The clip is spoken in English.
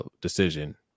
decision